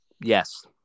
Yes